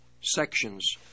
sections